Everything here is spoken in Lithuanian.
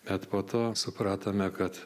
bet po to supratome kad